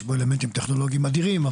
יש בו אלמנטים טכנולוגיים אדירים,